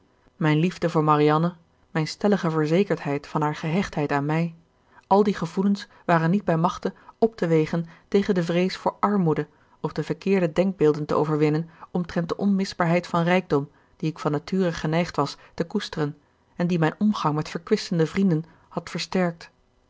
mijn liefde voor marianne mijn stellige verzekerdheid van haar gehechtheid aan mij al die gevoelens waren niet bij machte op te wegen tegen de vrees voor armoede of de verkeerde denkbeelden te overwinnen omtrent de onmisbaarheid van rijkdom die ik van nature geneigd was te koesteren en die mijn omgang met verkwistende vrienden had versterkt